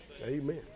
Amen